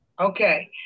Okay